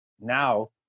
now